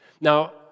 Now